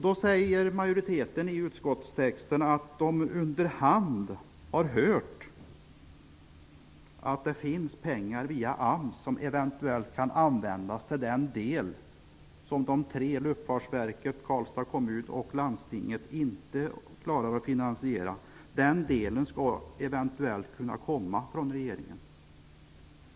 Utskottsmajoriteten skriver i betänkandetexten att man under hand har hört att det finns pengar som via AMS eventuellt kan användas till den del av verksamheten som Luftfartsverket, Karlstads kommun och landstinget inte klarar att finansiera. Den delen skall eventuellt kunna komma från regeringen.